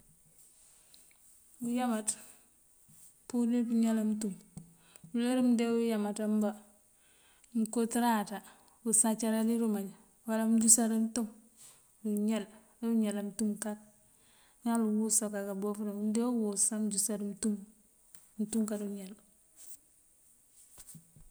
Uyámaţ purir pëëñáalan mëëntum. Uler uwí mëënde uyámaţ amba, mëënkootëráaţa usáancárá dí irumáaj uwala mëësincáríţ mëëntum iñáal ojo uñaalan mëëntum. A ŋal uwus akaka bofërël, mëënde uwus amëësincá mëëntum mëëntum karu ñáal.